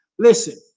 Listen